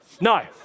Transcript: No